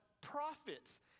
prophets